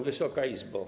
Wysoka Izbo!